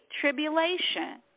Tribulation